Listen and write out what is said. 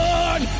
Lord